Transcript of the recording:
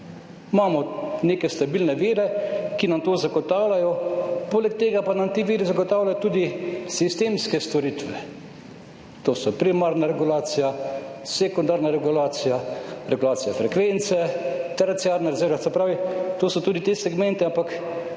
Imamo neke stabilne vire, ki nam to zagotavljajo, poleg tega pa nam ti viri zagotavljajo tudi sistemske storitve, to so primarna regulacija, sekundarna regulacija, regulacija frekvence, terciarne rezerve, Se pravi, to so tudi ti segmenti, ampak